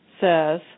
says